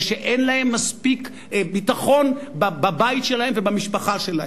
ושאין להם מספיק ביטחון בבית שלהם ובמשפחה שלהם,